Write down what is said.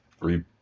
three